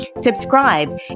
Subscribe